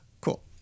cool